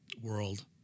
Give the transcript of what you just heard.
world